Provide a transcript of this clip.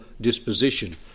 disposition